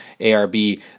ARB